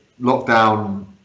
lockdown